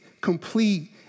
complete